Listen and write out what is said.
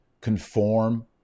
conform